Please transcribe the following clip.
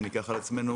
אם ניקח על עצמנו,